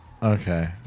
Okay